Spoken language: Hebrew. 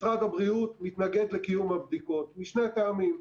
משרד הבריאות מתנגד לקיום הבדיקות משני טעמים.